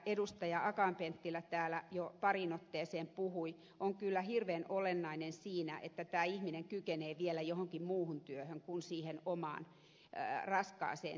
akaan penttilä täällä jo pariin otteeseen puhui on kyllä hirveän olennainen siinä että tämä ihminen kykenee vielä johonkin muuhun työhön kuin siihen omaan raskaaseen työhönsä